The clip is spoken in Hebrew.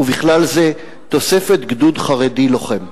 ובכלל זה תוספת גדוד חרדי לוחם.